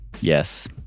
Yes